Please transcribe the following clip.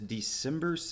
December